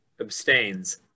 Abstains